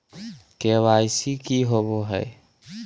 KYC की होबो है?